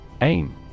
Aim